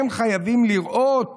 הם חייבים לראות